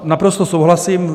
Naprosto souhlasím.